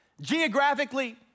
Geographically